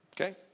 Okay